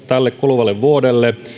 tälle kuluvalle vuodelle